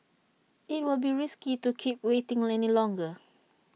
IT will be risky to keep waiting any longer